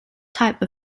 type